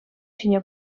ҫине